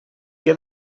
què